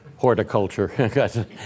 horticulture